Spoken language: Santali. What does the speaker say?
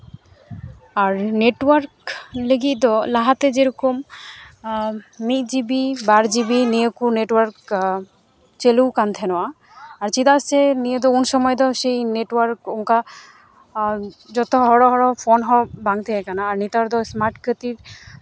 ᱟᱨ ᱱᱮᱴᱳᱣᱟᱨᱠ ᱞᱟᱹᱜᱤᱫ ᱫᱚ ᱞᱟᱦᱟᱛᱮ ᱡᱮᱨᱚᱠᱚᱢ ᱢᱤᱫ ᱡᱤᱵᱤ ᱵᱟᱨ ᱡᱤᱵᱤ ᱱᱤᱭᱟᱹᱠᱚ ᱱᱮᱴᱳᱣᱟᱨᱠ ᱪᱟᱹᱞᱩᱣ ᱠᱟᱱ ᱛᱟᱦᱮᱸ ᱱᱚᱜᱼᱟ ᱟᱨ ᱪᱮᱫᱟᱜ ᱥᱮ ᱱᱤᱭᱟᱹ ᱫᱚ ᱩᱱ ᱥᱚᱢᱚᱭ ᱫᱚ ᱥᱮᱭ ᱱᱮᱴᱳᱣᱟᱨᱠ ᱚᱱᱠᱟ ᱡᱚᱛᱚ ᱦᱚᱲᱚ ᱦᱚᱲᱚ ᱯᱷᱳᱱ ᱦᱚᱸ ᱵᱟᱝ ᱛᱟᱦᱮᱸ ᱠᱟᱱᱟ ᱟᱨ ᱱᱮᱛᱟᱨ ᱫᱚ ᱤᱥᱢᱟᱨᱴ ᱠᱷᱟᱹᱛᱤᱨ